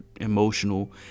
emotional